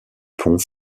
pont